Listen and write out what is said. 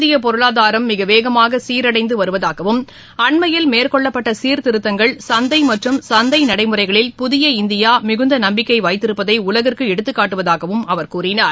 இந்திய பொருளாதாரம் மிக வேகமாக சீரடைந்து வருவதாகவும் அண்மையில் மேற்கொள்ளப்பட்ட சீர்த்திருத்தங்கள் சந்தை மற்றும் சந்தை நடைமுறைகளில் புதிய இந்தியா மிகுந்த நம்பிக்கை வைத்திருப்பதை உலகிற்கு எடுத்துக்காட்டுவதாக அவர் கூறியுள்ளார்